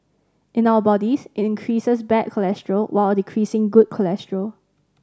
in our bodies it increases bad cholesterol while decreasing good cholesterol